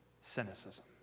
cynicism